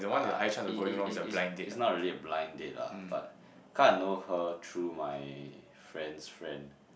uh it it it it's not really a blind date lah but kinda know her through my friend's friend